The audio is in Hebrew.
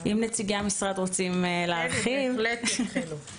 אם נציגי המשרד רוצים להרחיב, בבקשה.